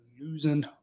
losing